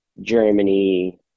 Germany